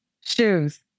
shoes